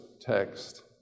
text